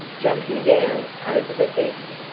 jumping down over the fence,